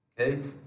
Okay